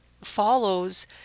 follows